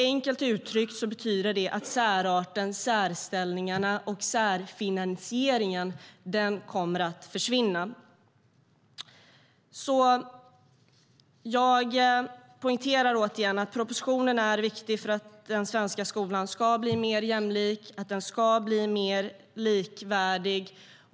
Enkelt uttryckt betyder det att särarten, särställningen och särfinansieringen kommer att försvinna. Jag poängterar återigen att propositionen är viktig för att den svenska skolan ska bli mer jämlik och mer likvärdig.